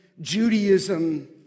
Judaism